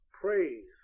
Praise